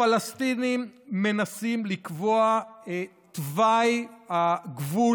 הפלסטינים מנסים לקבוע את תוואי הגבול